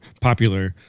popular